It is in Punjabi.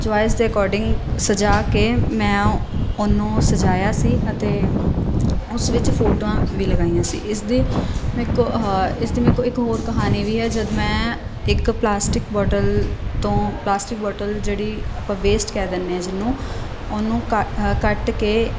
ਚੋਇਸ ਦੇ ਅਕੋਰਡਿੰਗ ਸਜਾ ਕੇ ਮੈਂ ਉਹਨੂੰ ਸਜਾਇਆ ਸੀ ਅਤੇ ਉਸ ਵਿੱਚ ਫੋਟੋਆਂ ਵੀ ਲਗਾਈਆਂ ਸੀ ਇਸਦੀ ਮੇਰੇ ਕੋ ਆਹਾ ਇਸਦੀ ਮੇਰੇ ਕੋਲ ਇੱਕ ਹੋਰ ਕਹਾਣੀ ਵੀ ਹੈ ਜਦ ਮੈਂ ਇੱਕ ਪਲਾਸਟਿਕ ਬੋਟਲ ਤੋਂ ਪਲਾਸਟਿਕ ਬੋਟਲ ਜਿਹੜੀ ਆਪਾਂ ਵੇਸਟ ਕਹਿ ਦਿੰਦੇ ਹਾਂ ਜਿਹਨੂੰ ਉਹਨੂੰ ਕ ਕੱਟ ਕੇ